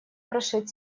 прошит